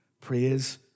Praise